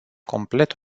complet